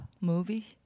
movie